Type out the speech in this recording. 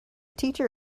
teacher